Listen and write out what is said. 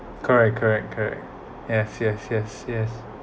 correct correct correct yes yes yes